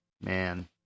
man